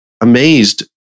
amazed